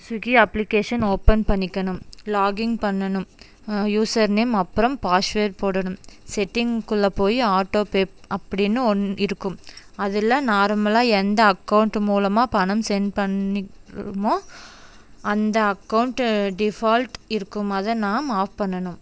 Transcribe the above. Suki application open பண்ணிக்கணும் login பண்ணணும் user name அப்புறம் பாஸ்வேட் போடணும் செட்டிங்க்குள்ளே போய் ஆட்டோ பே அப்படின்னு ஒன்று இருக்கும் அதில் நார்மலாக எந்த அக்கௌண்ட்டு மூலமாக பணம் சென்ட் பண்ணிக்கிறோமோ அந்த அக்கௌண்ட்டு டிஃபால்ட் இருக்கும் நாம் அதை ஆஃப் பண்ணணும்